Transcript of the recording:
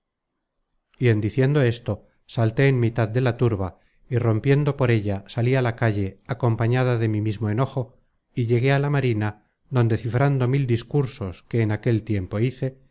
en diciendo esto salté en mitad de la turba y rompiendo por ella salí á la calle acompañada de mi mismo content from google book search generated at os enojo y llegué a la marina donde cifrando mil discursos que en aquel tiempo hice